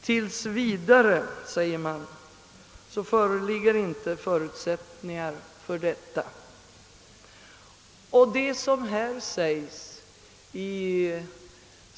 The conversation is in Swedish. Tills vidare föreligger inte förutsättningar härför, skriver utskottet.